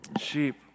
Sheep